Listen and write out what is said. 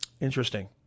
Interesting